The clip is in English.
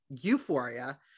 euphoria